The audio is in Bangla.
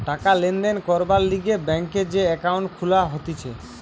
টাকা লেনদেন করবার লিগে ব্যাংকে যে একাউন্ট খুলা হতিছে